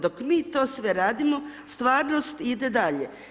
Dok mi to sve radimo, stvarnost ide dalje.